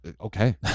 Okay